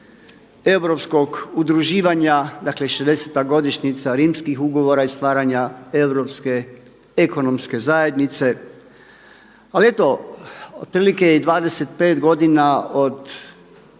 europskog udruživanja, dakle 60-ta godišnjica rimskih ugovora i stvaranja europske ekonomske zajednice. Ali eto, otprilike i 25 godina od